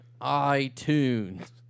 iTunes